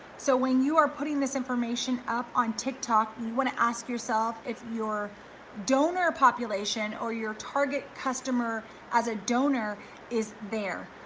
so when you are putting this information up on tik tok, and you wanna ask yourself if your donor population or your target customer as a donor is there.